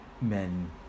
men